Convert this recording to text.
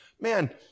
Man